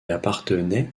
appartenait